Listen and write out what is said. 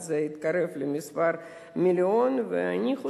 ואז זה התקרב למיליון,